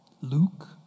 Luke